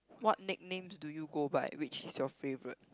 what nicknames do you go by which is your favourite